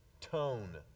tone